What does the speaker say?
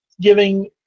Giving